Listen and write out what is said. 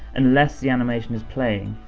unless the animation is playing.